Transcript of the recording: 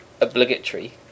obligatory